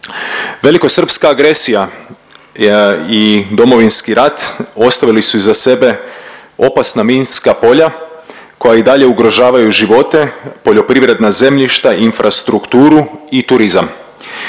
Velikosrpska agresija i Domovinski rat ostavili su iza sebe opasna minska polja koja i dalje ugrožavaju živote, poljoprivredna zemljišta, infrastrukturu i turizam.